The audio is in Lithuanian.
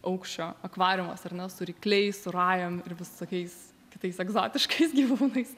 aukščio akvariumas ar na su rykliais su rajom ir visokiais kitais egzotiškais gyvūnais